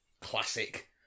classic